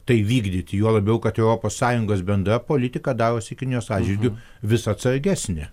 tai vykdyti juo labiau kad europos sąjungos bendra politika darosi kinijos atžvilgiu vis atsargesnė